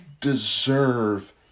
deserve